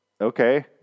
Okay